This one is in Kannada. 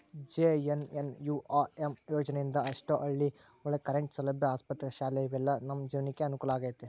ಜೆ.ಎನ್.ಎನ್.ಯು.ಆರ್.ಎಮ್ ಯೋಜನೆ ಇಂದ ಎಷ್ಟೋ ಹಳ್ಳಿ ಒಳಗ ಕರೆಂಟ್ ಸೌಲಭ್ಯ ಆಸ್ಪತ್ರೆ ಶಾಲೆ ಇವೆಲ್ಲ ನಮ್ ಜೀವ್ನಕೆ ಅನುಕೂಲ ಆಗೈತಿ